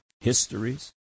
histories